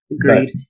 Great